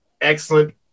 Excellent